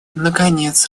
наконец